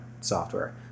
software